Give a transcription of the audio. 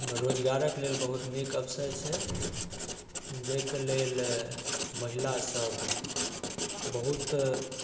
रोजगारके लेल बहुत नीक अवसर छै जाहिके लेल महिलासब बहुत